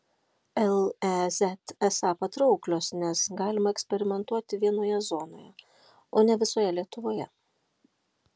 lez esą patrauklios nes galima eksperimentuoti vienoje zonoje o ne visoje lietuvoje